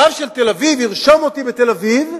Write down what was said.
הרב של תל-אביב ירשום אותי בתל-אביב,